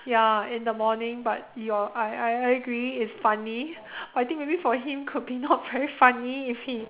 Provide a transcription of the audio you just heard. ya in the morning but your I I I agree it's funny but I think maybe for him could be not very funny if he